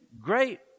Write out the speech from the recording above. great